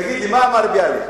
תגיד לי, מה אמר ביאליק?